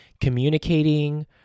communicating